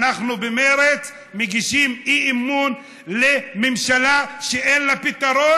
אנחנו במרצ מגישים אי-אמון בממשלה שאין לה פתרון.